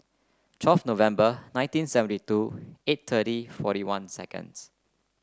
twelve November nineteen seventy two eight thirty forty one seconds